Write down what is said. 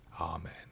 Amen